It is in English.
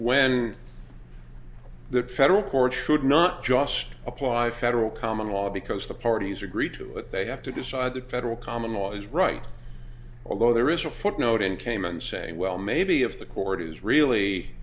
when the federal courts should not just apply federal common law because the parties agree to it they have to decide that federal common law is right although there is a footnote in kaman saying well maybe if the court is really